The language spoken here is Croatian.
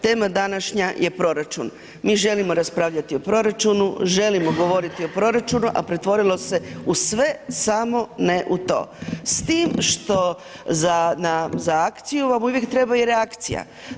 Tema današnja je proračuna, mi želimo raspravljati o proračunu, želimo govoriti o proračunu a pretvorilo u sve samo ne u to s tim što za akciju vam uvijek treba i reakcija.